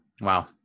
Wow